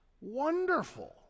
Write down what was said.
wonderful